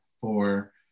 for-